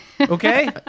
Okay